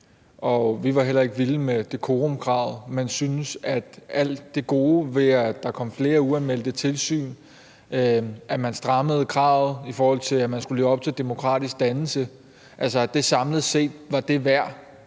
vi var heller ikke vilde med dekorumkravet, men syntes, at alt det gode, ved at der kom flere uanmeldte tilsyn, og at man strammede kravet om, at man skulle leve op til demokratisk dannelse, samlet set var det værd